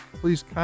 please